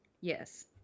Yes